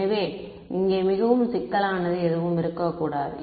எனவே இங்கே மிகவும் சிக்கலான எதுவும் இருக்கக்கூடாது